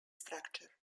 structure